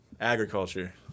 Agriculture